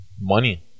Money